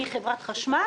מחברת חשמל,